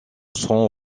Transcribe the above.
son